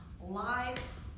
live